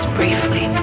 briefly